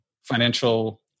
financial